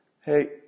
Hey